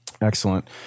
excellent